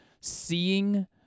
seeing